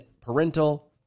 parental